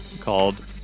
called